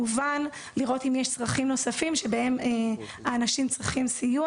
כמובן לראות אם יש צרכים נוספים שבהם אנשים צריכים סיוע.